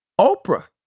Oprah